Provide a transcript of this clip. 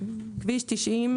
כביש 90,